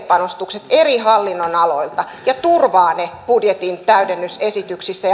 panostukset eri hallinnonaloilta ja turvaa ne budjetin täydennysesityksissä